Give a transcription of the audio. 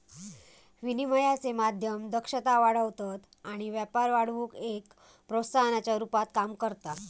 विनिमयाचे माध्यम दक्षता वाढवतत आणि व्यापार वाढवुक एक प्रोत्साहनाच्या रुपात काम करता